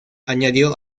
añadió